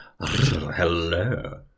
Hello